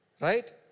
right